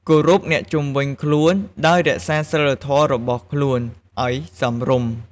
គោរពអ្នកជុំវិញខ្លួន ដោយរក្សាសីលធម៌របស់ខ្លួន ឲ្យសមរម្យ។